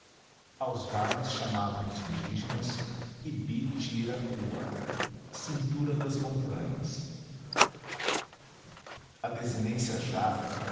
aos vales chamavam os indígenas iby tira cua cintura das montanhas a desinência jara